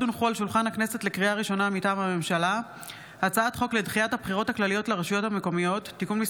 הצעת חוק הבנקאות (שירות ללקוח) (תיקון,